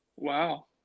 Wow